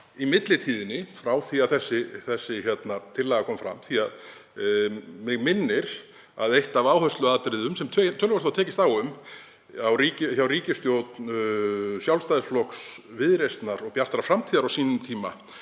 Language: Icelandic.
í millitíðinni, frá því að þessi tillaga kom fram, því að mig minnir að eitt af áhersluatriðum sem töluvert var tekist á um í ríkisstjórn Sjálfstæðisflokks, Viðreisnar og Bjartrar framtíðar á sínum tíma